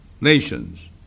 nations